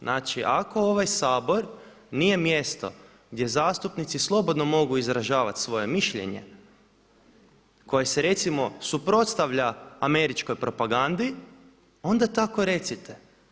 Znači ako ovaj Sabor nijemjesto gdje zastupnici slobodno mogu izražavati svoje mišljenje koje se recimo suprotstavlja američkoj propagandi onda tako recite.